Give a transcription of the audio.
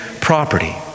property